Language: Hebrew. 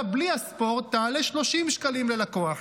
בלי הספורט תעלה 30 שקלים ללקוח.